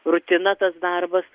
rutina tas darbas